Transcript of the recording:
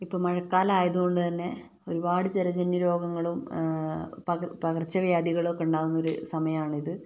ഇപ്പൊൾ മഴകാലമായതുകൊണ്ട് തന്നെ ഒരുപാട് ജലജന്യ രോഗങ്ങളും പകർ പകർച്ച വ്യാധികളൊക്കെ ഉണ്ടാകുന്നൊരു സമയാണിത്